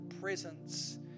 presence